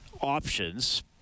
options